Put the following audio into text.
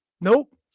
Nope